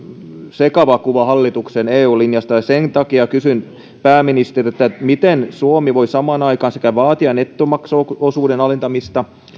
sekava kuva hallituksen eu linjasta ja sen takia kysyn pääministeriltä miten suomi voi samaan aikaan sekä vaatia nettomaksuosuuden alentamista